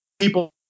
people